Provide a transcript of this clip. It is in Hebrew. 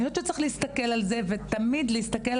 אני חושבת שצריך להסתכל על זה ותמיד להסתכל,